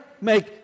Make